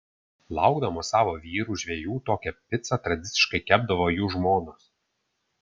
laukdamos savo vyrų žvejų tokią picą tradiciškai kepdavo jų žmonos